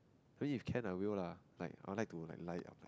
I mean if can I will lah like I would like to like lie it up like